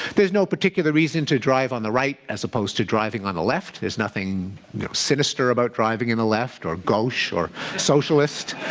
there's no particular reason to drive on the right as opposed to driving on the left. there's nothing sinister about driving in the left or gauche or socialist.